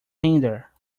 hinder